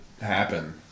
happen